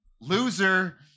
Loser